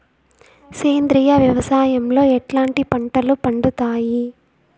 సేంద్రియ వ్యవసాయం లో ఎట్లాంటి పంటలు పండుతాయి